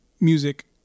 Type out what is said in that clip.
music